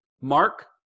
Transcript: Mark